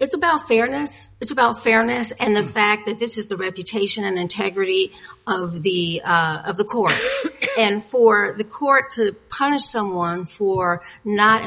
it's about fairness it's about fairness and the fact that this is the reputation and integrity of the of the court and for the court to punish someone who are not